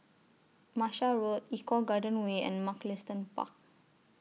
Martia Road Eco Garden Way and Mugliston Park